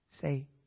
say